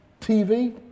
TV